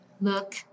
look